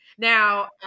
Now